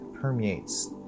permeates